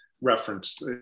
referenced